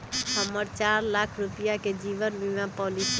हम्मर चार लाख रुपीया के जीवन बीमा पॉलिसी हई